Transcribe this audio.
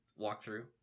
walkthrough